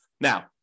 Now